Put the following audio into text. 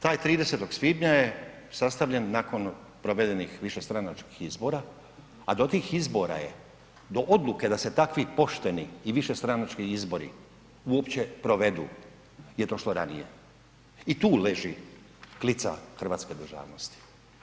Da taj 30. svibnja je sastavljen nakon provedenih višestranačkih izbora, a do tih izbora je, do odluke da se takvi pošteni i višestranački izbori uopće provedu je došlo ranije i tu leži klica hrvatske državnosti.